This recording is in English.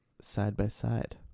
side-by-side